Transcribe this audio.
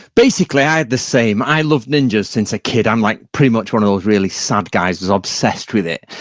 basically, i am the same. i loved ninjas since a kid. i'm like pretty much one of those really sad guys who's obsessed with it,